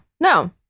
no